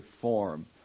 form